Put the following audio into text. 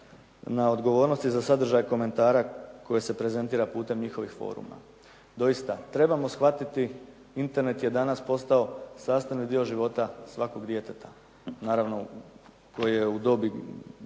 na odgovornosti za sadržaj komentara koji se prezentira putem njihovih foruma. Doista trebamo shvatiti, Internet je danas postao sastavni dio života svakog djeteta, naravno koje je u dobi